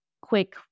quick